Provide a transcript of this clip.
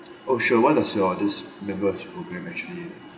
oh sure what does your this members programme actually